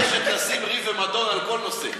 איך הקואליציה מתעקשת לשים ריב ומדון על כל נושא,